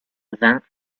vingt